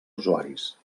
usuaris